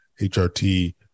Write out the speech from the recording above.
HRT